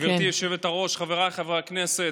חברי הכנסת,